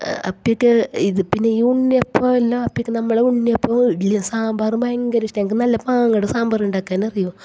അപ്പഴേക്ക് ഇത് പിന്നെ ഈ ഉണ്ണിയപ്പം എല്ലാം അപ്പേക്ക് നമ്മൾ ഉണ്ണിയപ്പവും ഇഡ്ഡലിയും സാമ്പാറും ഭയങ്കര ഇഷ്ടമാണ് ഞങ്ങൾക്ക് നല്ല പാങ്ങായിട്ട് സാമ്പാര് ഉണ്ടാക്കാന് അറിയും